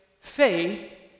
faith